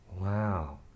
wow